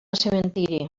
cementiri